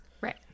Right